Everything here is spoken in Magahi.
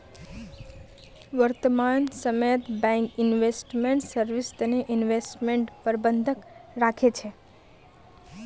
वर्तमान समयत बैंक इन्वेस्टमेंट सर्विस तने इन्वेस्टमेंट प्रबंधक राखे छे